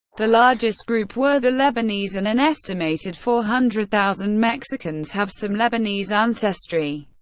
the largest group were the lebanese and an estimated four hundred thousand mexicans have some lebanese ancestry.